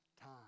time